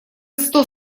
сто